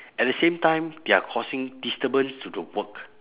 at the same time they are causing disturbance to the work